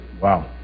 Wow